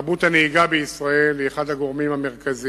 תרבות הנהיגה בישראל היא אחד הגורמים המרכזיים